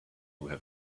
have